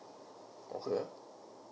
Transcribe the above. okay